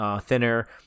thinner